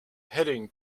heading